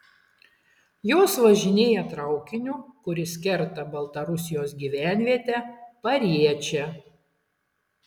jos važinėja traukiniu kuris kerta baltarusijos gyvenvietę pariečę